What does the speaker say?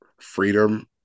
freedom